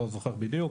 לא זוכר בדיוק,